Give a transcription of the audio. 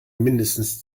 mindestens